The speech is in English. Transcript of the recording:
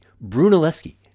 Brunelleschi